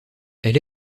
elle